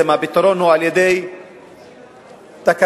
עצמם למציאות המשתנה